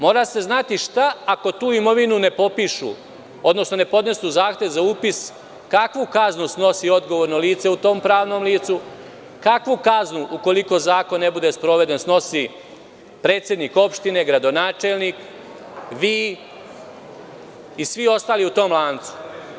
Mora se znati šta ako tu imovinu ne popišu, odnosno ne podnesu zahtev za upis, kakvu kaznu snosi odgovorno lice u tom pravnom licu, kakvu kaznu, ukoliko zakon ne bude sproveden, snosi predsednik opštine, gradonačelnik, vi i svi ostali u tom lancu.